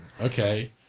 Okay